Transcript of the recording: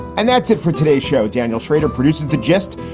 and that's it for today's show, daniel shrader produces the gist.